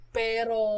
pero